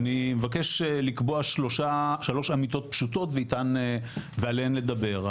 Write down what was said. ואני מבקש לקבוע שלוש אמיתות פשוטות ועליהן נדבר.